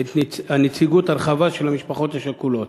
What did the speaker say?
את הנציגות הרחבה של המשפחות השכולות,